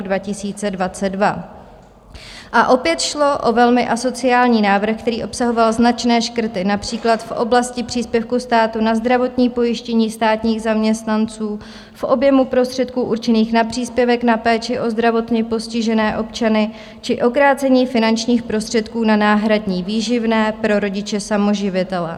A opět šlo o velmi asociální návrh, který obsahoval značné škrty například v oblasti příspěvku státu na zdravotní pojištění státních zaměstnanců, v objemu prostředků určených na příspěvek na péči o zdravotně postižené občany či o krácení finančních prostředků na náhradní výživné pro rodiče samoživitele.